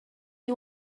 you